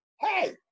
hey